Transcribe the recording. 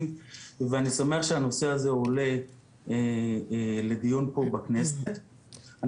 ואני שמח מאוד שהנושא הזה עולה לדיון פה בכנסת ישראל.